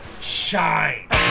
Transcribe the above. shine